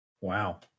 Wow